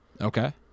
okay